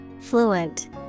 Fluent